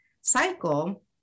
cycle